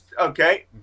okay